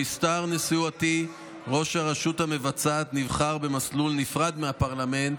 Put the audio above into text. במשטר נשיאותי ראש הרשות המבצעת נבחר במסלול נפרד מהפרלמנט,